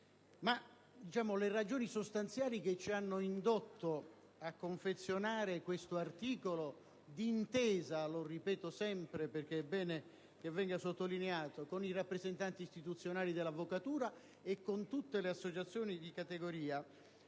la ragione sostanziale che ci ha indotto a confezionare questo articolo, d'intesa - lo ripeto sempre perché è bene che venga sottolineato - con i rappresentanti istituzionali dell'avvocatura e con tutte le associazioni di categoria,